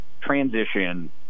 transition